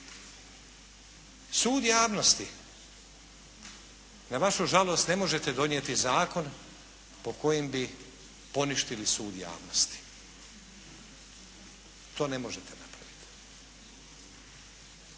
Sud javnosti, na vaš žalost ne možete donijeti zakon po kojem bi poništili sud javnosti. To ne možete napraviti.